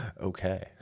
Okay